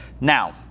Now